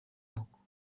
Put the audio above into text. moko